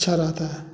अच्छा रहता है